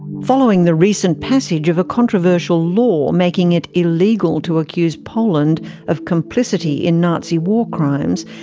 following the recent passage of a controversial law making it illegal to accuse poland of complicity in nazi war crimes,